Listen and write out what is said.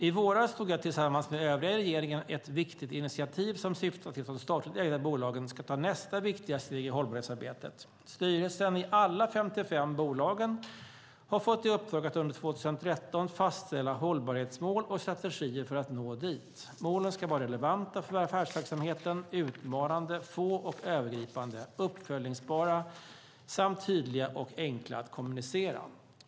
I våras tog jag tillsammans med övriga i regeringen ett viktigt initiativ som syftade till att de statligt ägda bolagen ska ta nästa viktiga steg i hållbarhetsarbetet. Styrelsen i alla 55 bolagen har fått i uppdrag att under 2013 fastställa hållbarhetsmål och strategier för att nå dit. Målen ska vara relevanta för affärsverksamheten, utmanande, få och övergripande, uppföljningsbara samt tydliga och enkla att kommunicera.